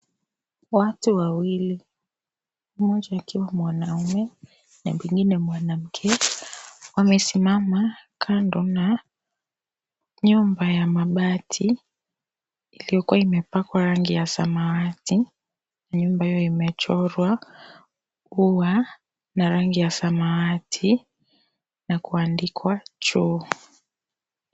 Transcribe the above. Watu wawili, mmoja akiwa mwanamume na mwengine mwanamke, wamesimama kando na nyumba ya mabati iliyokuwa imepakwa rangi ya samawati. Nyumba hio imechorwa ua na rangi ya samawati na kuandikwa choo.